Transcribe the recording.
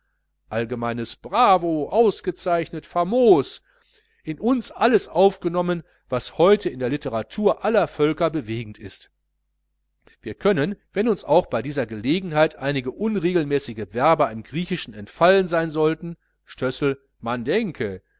allgemeines bravo ausgezeichnet famos in uns alles aufgenommen was heute in der litteratur aller völker bewegend ist wir können wenn uns auch bei dieser gelegenheit einige unregelmäßige verba im griechischen entfallen sein sollten